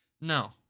No